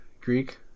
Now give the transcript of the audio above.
Greek